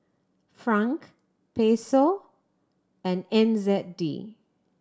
Franc Peso and N Z D